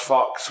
Fox